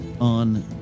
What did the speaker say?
on